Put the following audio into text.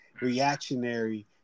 reactionary